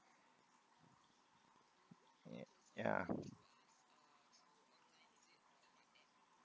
ya yeah